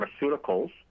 pharmaceuticals